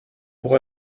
pour